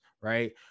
right